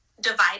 divided